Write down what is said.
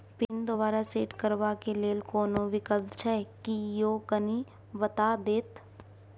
Pin दोबारा set करबा के लेल कोनो विकल्प छै की यो कनी बता देत?